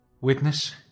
Witness